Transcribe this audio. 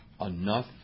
enough